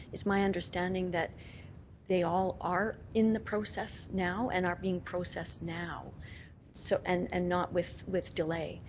it's my understanding that they all are in the process now and are being processed now so and and not with with delay.